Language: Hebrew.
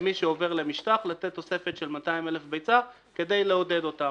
למי שעובר למשטח לתת תוספת של 200,000 ביצה כדי לעודד אותם.